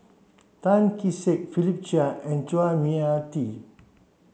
Tan Kee Sek Philip Chia and Chua Mia Tee